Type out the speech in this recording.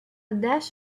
dash